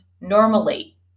normally